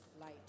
light